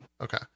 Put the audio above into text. Okay